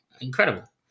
Incredible